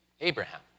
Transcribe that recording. Abraham